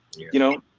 you know,